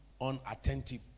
unattentive